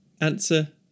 Answer